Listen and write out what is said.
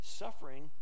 suffering